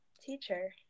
Teacher